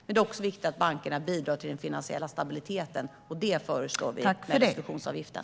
Men det är också viktigt att bankerna bidrar till den finansiella stabiliteten - därav förslaget om resolutionsavgiften.